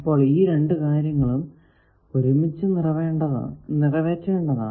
അപ്പോൾ ഈ രണ്ടു കാര്യങ്ങളും ഒരുമിച്ചു നിറവേറ്റേണ്ടതാണ്